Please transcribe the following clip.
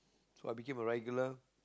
so I became a regular